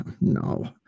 No